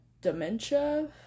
dementia